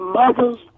mothers